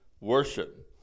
worship